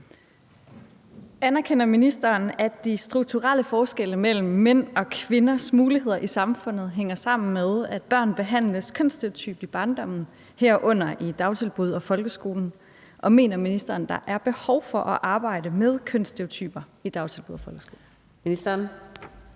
Anerkender ministeren, at de strukturelle forskelle mellem mænd og kvinders muligheder i samfundet hænger sammen med, at børn behandles kønsstereotypt i barndommen, herunder i dagtilbud og folkeskolen, og mener ministeren, at der er behov for at arbejde mere med kønsstereotyper i dagtilbud og folkeskolen? Skriftlig